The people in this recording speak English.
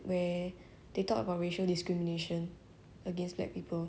I think is it it's like quite a good movie like a thriller movie it's like